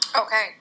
Okay